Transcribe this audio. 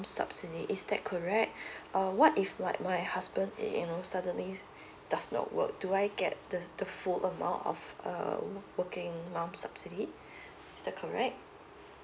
subsidy is that correct uh what if like my husband you know suddenly does not work do I get the the full amount of working mum subsidy is that correct